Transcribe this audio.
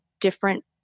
different